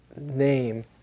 name